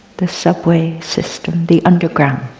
the subway system, the underground.